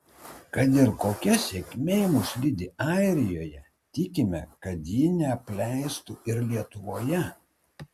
kad ir kokia sėkmė mus lydi airijoje tikime kad ji neapleistų ir lietuvoje